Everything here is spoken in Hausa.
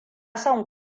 son